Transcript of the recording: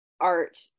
art